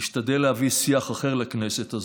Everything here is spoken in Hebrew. נשתדל להביא שיח אחר לכנסת הזאת,